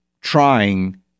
trying